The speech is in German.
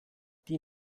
die